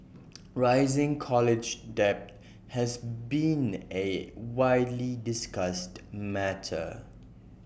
rising college debt has been A widely discussed matter